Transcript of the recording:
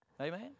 Amen